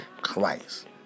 Christ